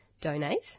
donate